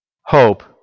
hope